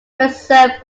preserved